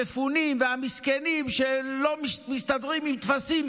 המפונים והמסכנים שלא מסתדרים עם טפסים